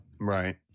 Right